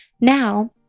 now